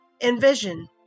Envision